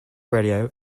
radio